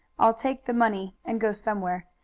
i'll take the money and go somewhere.